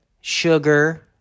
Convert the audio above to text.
sugar